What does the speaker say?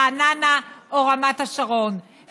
רעננה או רמת השרון,